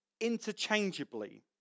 interchangeably